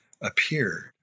appeared